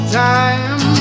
time